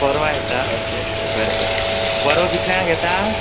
परवां येता okay okay बरें बरें परवां कितल्यांक येता